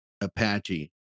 Apache